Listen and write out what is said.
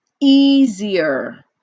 easier